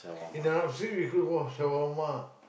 in Arab-Street we call it